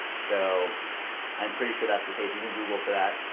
so i'm pretty sure that's the case. you can google for that.